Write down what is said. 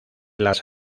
las